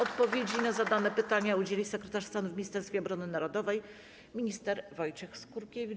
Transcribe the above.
Odpowiedzi na zadane pytania udzieli sekretarz stanu w Ministerstwie Obrony Narodowej minister Wojciech Skurkiewicz.